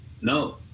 No